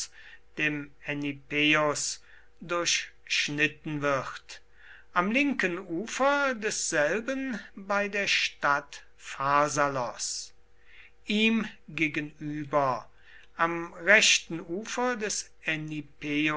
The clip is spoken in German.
dem enipeus durchschnitten wird am linken ufer desselben bei der stadt pharsalos ihm gegenüber am rechten ufer des